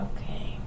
Okay